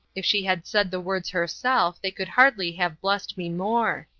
if she had said the words herself they could hardly have blessed me more.